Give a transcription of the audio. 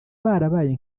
barabaye